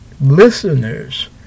listeners